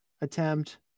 attempt